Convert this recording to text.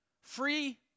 Free